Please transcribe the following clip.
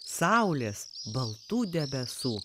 saulės baltų debesų